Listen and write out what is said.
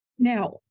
Now